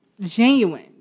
genuine